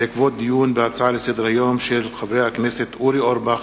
בעקבות דיון בהצעות לסדר-היום של חברי הכנסת אורי אורבך,